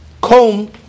comb